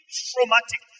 traumatic